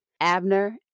Abner